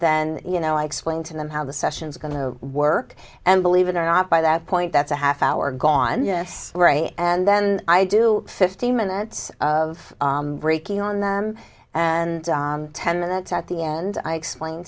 then you know i explain to them how the sessions are going to work and believe it or not by that point that's a half hour gone yes and then i do fifteen minutes of breaking on them and ten minutes at the end i explain